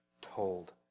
told